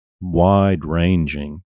wide-ranging